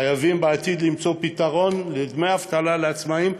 חייבים בעתיד למצוא פתרון לדמי אבטלה לעצמאים,